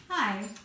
hi